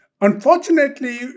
Unfortunately